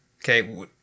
Okay